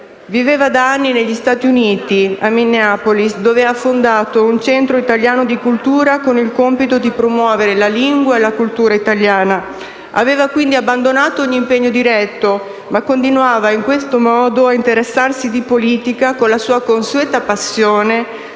Viveva da anni negli Stati Uniti, a Minneapolis dove ha fondato un Centro italiano di cultura con il compito di promuovere la lingua e la cultura italiana. Aveva quindi abbandonato ogni impegno diretto ma continuava, in questo modo, ad interessarsi di politica con la sua consueta passione, contribuendo